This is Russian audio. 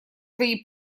свои